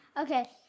Okay